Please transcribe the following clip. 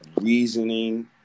reasoning